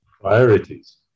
priorities